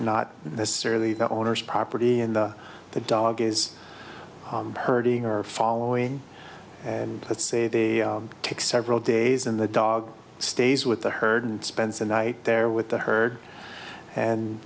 not necessarily the owner's property and the dog is hurting or following and let's say they take several days and the dog stays with the herd and spends the night there with the herd and